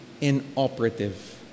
inoperative